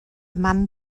man